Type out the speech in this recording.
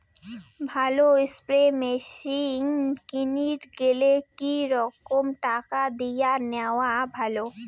ভালো spray machine কিনির গেলে কি রকম টাকা দিয়া নেওয়া ভালো?